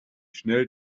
schnell